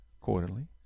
quarterly